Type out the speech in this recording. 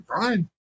fine